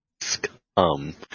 scum